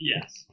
Yes